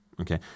okay